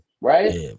right